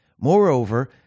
Moreover